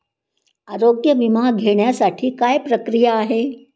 आरोग्य विमा घेण्यासाठी काय प्रक्रिया आहे?